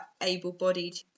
able-bodied